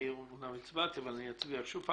אני אומנם הצבעתי אבל אני אצביע שוב,